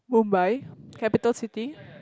Mumbai capital city